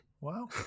Wow